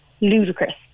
ludicrous